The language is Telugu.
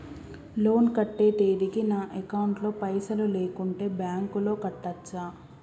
లోన్ కట్టే తేదీకి నా అకౌంట్ లో పైసలు లేకుంటే బ్యాంకులో కట్టచ్చా?